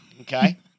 Okay